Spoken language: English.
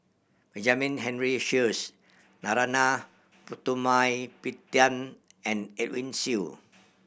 Benjamin Henry Sheares Narana Putumaippittan and Edwin Siew